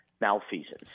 malfeasance